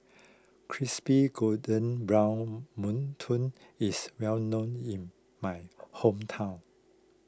Crispy Golden Brown Mantou is well known in my hometown